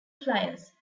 flyers